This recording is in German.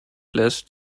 lässt